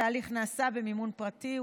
התהליך נעשה במימון פרטי,